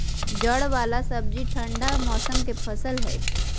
जड़ वाला सब्जि ठंडा मौसम के फसल हइ